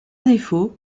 défaut